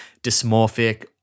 dysmorphic